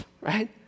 right